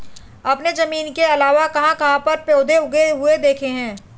आपने जमीन के अलावा कहाँ कहाँ पर पौधे उगे हुए देखे हैं?